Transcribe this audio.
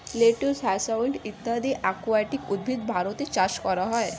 lettuce, hyacinth ইত্যাদি aquatic উদ্ভিদ ভারতে চাষ করা হয়